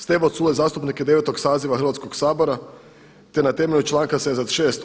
Stevo Culej zastupnik je 9 saziva Hrvatskog sabora, te na temelju članka 76.